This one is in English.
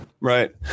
Right